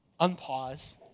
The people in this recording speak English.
unpause